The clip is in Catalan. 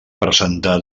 presentar